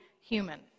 human